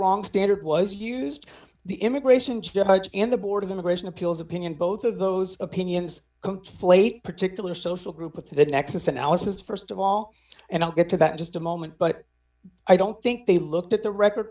wrong standard was used the immigration judge in the board of immigration appeals opinion both of those opinions conflate particular social group with the nexus analysis st of all and i'll get to that in just a moment but i don't think they looked at the record